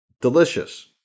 delicious